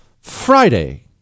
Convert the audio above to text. Friday